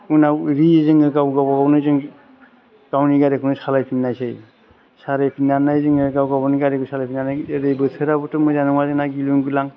उनाव रि जोङो गाव गावबागावनो जों गावनि गारिखौनो सालाय फिननायसै सालाय फिननानै जोङो गाव गावनि गारि सालायफिननानै ओरै बोथोराबोथ' मोजां नङा जोंना गिलुं गिलां